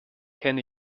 kenne